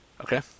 Okay